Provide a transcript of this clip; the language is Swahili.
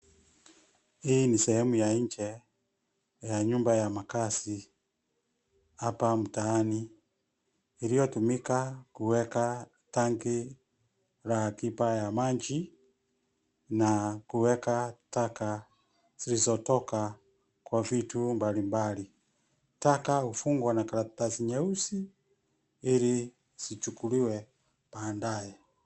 Hii ni sehemu ya nje ya nyumba ya makazi hapa mtaani iliyotumika kuweka tanki la akiba ya maji na kuweka taka zilizotoka kwa vitu mbalimbali. Taka hufungwa na karatasi nyeusi ili zichukuliwe baadaye.